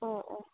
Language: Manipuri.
ꯑꯣ ꯑꯣ